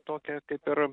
tokią kaip ir